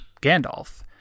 Gandalf